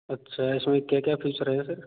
अच्छा इसमें क्या क्या फीचर हैं सर